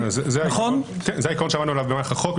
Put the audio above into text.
זה העיקרון שעמדנו עליו במהלך החוק,